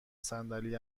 صندلی